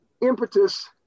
impetus